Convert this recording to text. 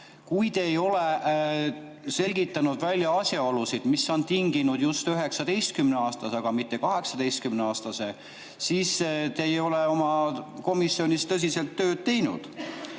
Kui te ei ole selgitanud välja asjaolusid, mis on tinginud just 19-aastase, aga mitte 18-aastase [eapiiri], siis te ei ole oma komisjonis tõsiselt tööd teinud.